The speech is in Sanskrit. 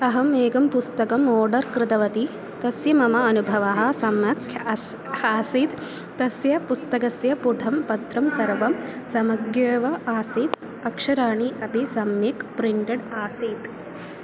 अहम् एकं पुस्तकम् ओर्डर् कृतवती तस्य मम अनुभवः सम्यक् अस्ति आसीत् तस्य पुस्तकस्य पुठं पत्रं सर्वं समग्येव आसीत् अक्षराणि अपि सम्यक् प्रिण्टेड् आसीत्